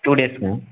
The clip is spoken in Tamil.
டூ டேஸ்ங்க